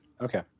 Okay